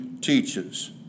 teaches